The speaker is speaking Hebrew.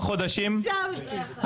נושא שעסקתי בו עם מקלב.